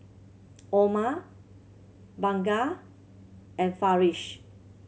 Omar Bunga and Farish